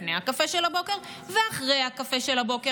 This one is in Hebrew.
לפני הקפה של הבוקר ואחרי הקפה של הבוקר.